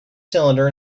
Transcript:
cylinder